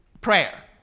prayer